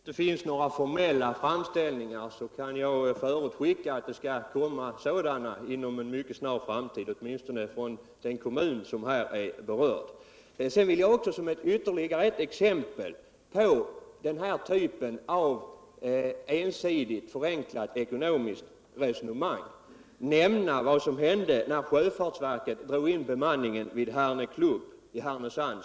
Herr talman! Om det är så att dev inte finns några formelta framställningar, så kan jag förutskicka att det kommer sådana inom en mycket snar framtid, ätminstone från den kommun som här är berörd. Som viterligare etw exempel på denna typ av ensidigt och förenklat ekonomiskt resonemang vill jag också nämna vad som hände när sjöfartsverket drog in bemanningen vid tlotsstationen Hiärnöklubb vid Härnösand.